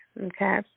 okay